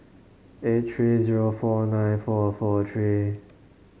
eight three zero four nine four four three